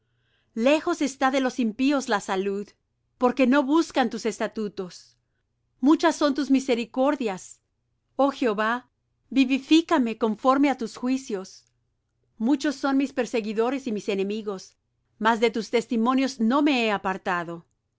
lejos está de los impíos la salud porque no buscan tus estatutos muchas son tus misericordias oh jehová vivifícame conforme á tus juicios muchos son mis perseguidores y mis enemigos mas de tus testimonios no me he apartado